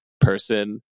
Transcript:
person